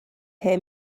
hear